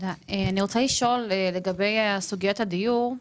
אני רוצה לשאול לגבי סוגיית הדיור.